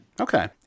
Okay